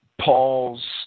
Paul's